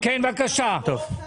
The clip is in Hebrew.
שאלות שעולות.